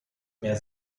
mehr